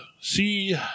see